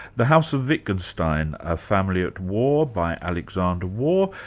the house of wittgenstein a family at war by alexander waugh.